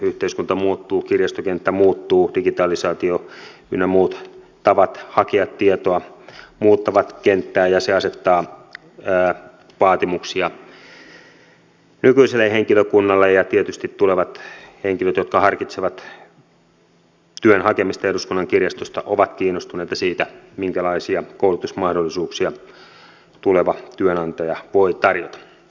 yhteiskunta muuttuu kirjastokenttä muuttuu digitalisaatio ynnä muut tavat hakea tietoa muuttavat kenttää ja se asettaa vaatimuksia nykyiselle henkilökunnalle ja tietysti tulevat henkilöt jotka harkitsevat työn hakemista eduskunnan kirjastosta ovat kiinnostuneita siitä minkälaisia koulutusmahdollisuuksia tuleva työnantaja voi tarjota